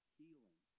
Healing